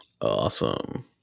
Awesome